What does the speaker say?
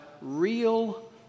real